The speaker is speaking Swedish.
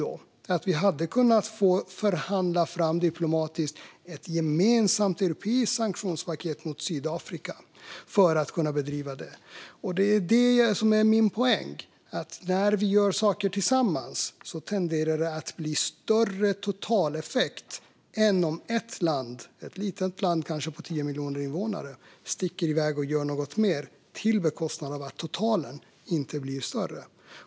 Då hade vi kanske diplomatiskt kunnat förhandla fram ett gemensamt europeiskt sanktionspaket mot Sydafrika för att kunna bedriva detta. Det är det som är min poäng. När vi gör saker tillsammans tenderar det att bli större totaleffekt än om ett land - kanske ett litet land på 10 miljoner invånare - sticker iväg och gör något mer. Det kan då ske på bekostnad av att totalen inte blir större.